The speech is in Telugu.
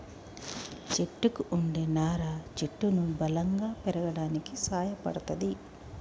చెట్టుకు వుండే నారా చెట్టును బలంగా పెరగడానికి సాయపడ్తది